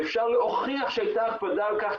ואפשר להוכיח שהייתה הקפדה על כך,